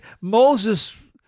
Moses